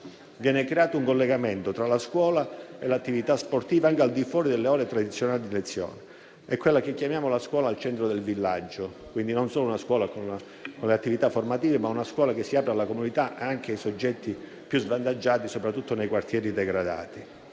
Viene creato un collegamento tra la scuola e l'attività sportiva, anche al di fuori delle ore tradizionali di lezione. È quella che chiamiamo la scuola al centro del villaggio: non solo una scuola con attività formative, ma anche una scuola che si apre alla comunità e ai soggetti più svantaggiati, soprattutto nei quartieri degradati.